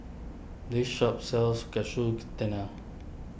this shop sells Katsu Tendon